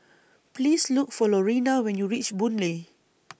Please Look For Lorena when YOU REACH Boon Lay